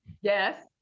yes